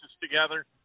together